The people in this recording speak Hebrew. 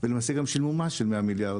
ולמעשה גם שילמו מס של 100 מיליארד.